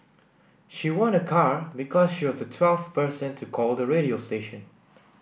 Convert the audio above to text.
she won a car because she was the twelfth person to call the radio station